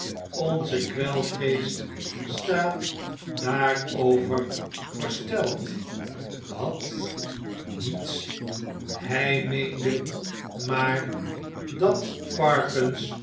onze kwelgeest staat daarover versteld wat niets hg meende maar dat